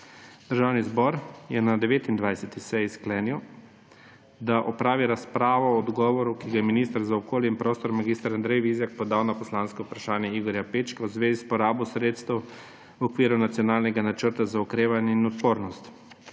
Državni zbor je na 29. seji sklenil, da opravi razpravo o odgovoru, ki ga je minister za okolje in prostor mag. Andrej Vizjak podal na poslansko vprašanje Igorja Pečka v zvezi s porabo sredstev v okviru Nacionalnega načrta za okrevanje in odpornost.